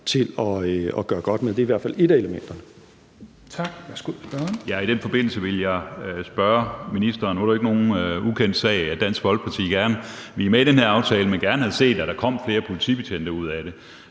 til at gøre godt med. Det er i hvert fald et af elementerne.